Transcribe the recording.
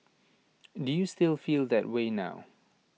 do you still feel that way now